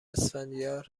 اسفندیار